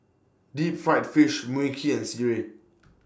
Deep Fried Fish Mui Kee and Sireh